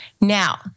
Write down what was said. Now